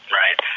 right